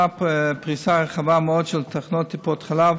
פריסה רחבה מאוד של תחנות טיפות חלב